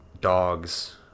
dogs